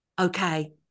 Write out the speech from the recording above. okay